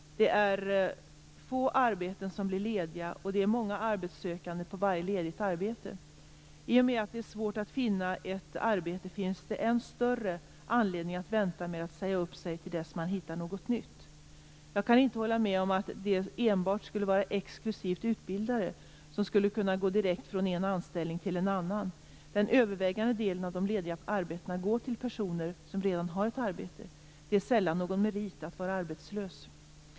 Det är få arbeten som blir lediga, och det är många arbetssökande på varje ledigt arbete. I och med att det är svårt att finna ett arbete finns det än större anledning att vänta med att säga upp sig till dess man hittat något nytt. Jag kan inte hålla med om att det enbart skulle vara exklusivt utbildade som skulle kunna gå direkt från en anställning till en annan. Den övervägande delen av de lediga arbetena går till personer som redan har ett arbete. Det är sällan någon merit att vara arbetslös.